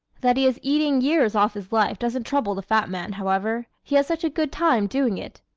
that he is eating years off his life doesn't trouble the fat man, however. he has such a good time doing it!